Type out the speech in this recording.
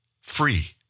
free